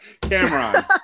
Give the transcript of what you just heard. Cameron